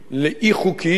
או בלתי חוקיים,